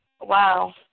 Wow